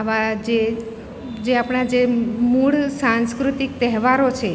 આવા જે જે આપણા જે મૂળ સાંસ્કૃતિક તહેવારો છે